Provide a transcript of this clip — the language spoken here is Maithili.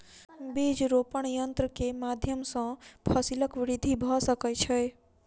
बीज रोपण यन्त्र के माध्यम सॅ फसीलक वृद्धि भ सकै छै